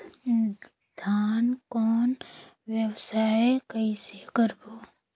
धान कौन व्यवसाय कइसे करबो?